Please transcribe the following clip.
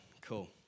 Cool